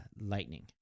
lightning